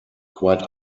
quite